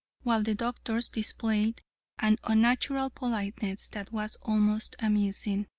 while the doctors displayed an unnatural politeness that was almost amusing.